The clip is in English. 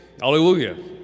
Hallelujah